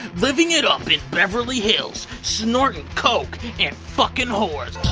living it up in beverly hills, snorting coke and fucking whores.